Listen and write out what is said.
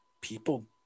people